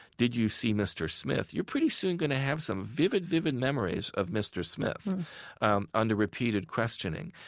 did you see mr. smith? you're pretty soon going to have some vivid, vivid memories of mr. smith and under repeated questioning.